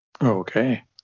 okay